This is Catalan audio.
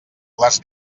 les